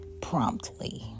promptly